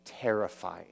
terrifying